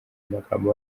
amagambo